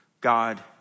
God